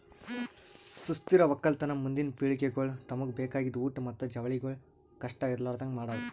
ಸುಸ್ಥಿರ ಒಕ್ಕಲತನ ಮುಂದಿನ್ ಪಿಳಿಗೆಗೊಳಿಗ್ ತಮುಗ್ ಬೇಕಾಗಿದ್ ಊಟ್ ಮತ್ತ ಜವಳಿಗೊಳ್ ಕಷ್ಟ ಇರಲಾರದಂಗ್ ಮಾಡದ್